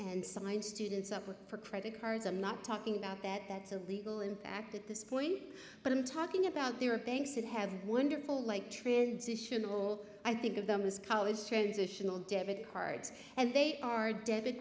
and sign students up or for credit cards i'm not talking about that that's a legal impact at this point but i'm talking about there are banks that have wonderful like transitional i think of them as college transitional debit cards and they are debit